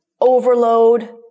overload